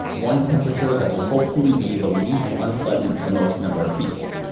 one temperature that will hopefully be the least unpleasant to the most number of people.